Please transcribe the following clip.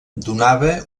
donava